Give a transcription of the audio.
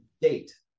date